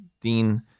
Dean